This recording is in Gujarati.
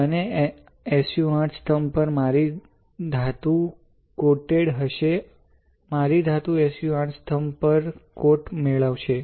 અને SU 8 સ્તંભ પર મારી ધાતુ કોટેડ હશે મારી ધાતુ SU 8 સ્તંભ પર કોટ મેળવશે